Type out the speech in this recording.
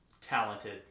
talented